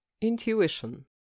intuition